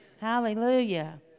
Hallelujah